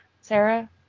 Sarah